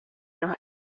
nos